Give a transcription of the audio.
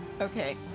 Okay